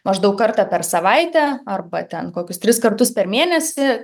maždaug kartą per savaitę arba ten kokius tris kartus per mėnesį